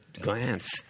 glance